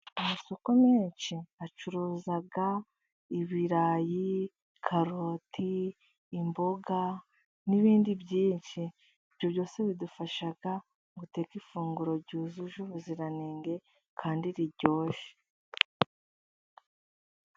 Amasoko menshi acuruza ibirayi, karoti, imboga n'ibindi byinshi. Ibyo byose bidufasha guteka ifunguro ryujuje ubuziranenge kandi riryoshye.